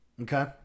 Okay